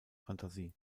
fantasie